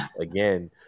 again